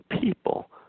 people